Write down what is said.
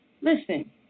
Listen